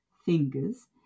fingers